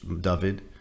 David